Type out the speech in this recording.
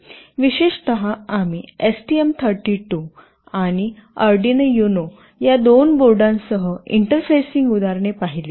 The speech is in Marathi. विशेषतः आम्ही एसटीएम 32 आणि अर्डिनो युनो या दोन बोर्डांसह इंटरफेसिंग उदाहरणे पाहिली